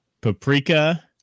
paprika